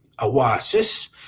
awasis